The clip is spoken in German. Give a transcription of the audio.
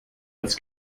das